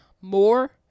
more